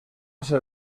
ser